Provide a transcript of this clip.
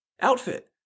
outfit